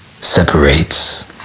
separates